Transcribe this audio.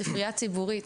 ספרייה ציבורית